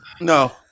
No